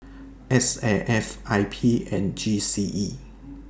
S A F I P and G C E